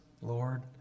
Lord